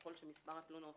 ככל שמספר התלונות